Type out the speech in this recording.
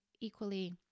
equally